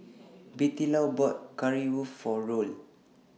Bettylou bought Currywurst For Roel